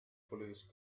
police